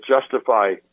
justify